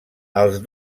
els